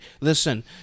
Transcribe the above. listen